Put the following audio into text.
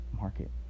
market